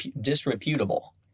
disreputable